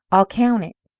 i'll count it.